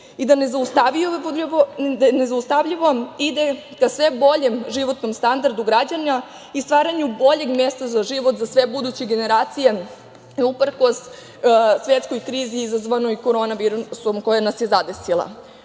i da nezaustavljivo ide ka sve boljem životnom standardu građana i stvaranju boljeg mesta za život za sve buduće generacije uprkos svetskoj krizi izazvanoj korona virusom koja nas je zadesila.U